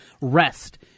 rest